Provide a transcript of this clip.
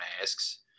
masks